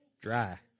Dry